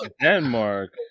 Denmark